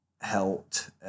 helped